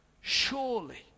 surely